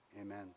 amen